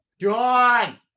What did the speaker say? John